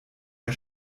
der